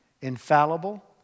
infallible